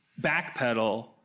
backpedal